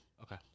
Okay